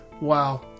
Wow